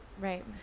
right